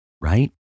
Right